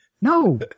No